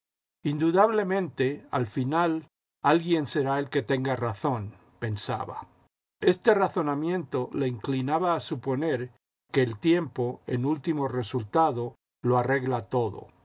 indudablemente al final alguien será el que tenga razón pensaba este razonamiento le inclinaba a suponer que el tiempo en último resultado lo arregla todo